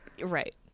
right